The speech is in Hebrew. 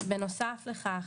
בנוסף לכך,